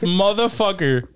motherfucker